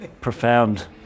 profound